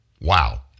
Wow